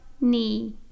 knee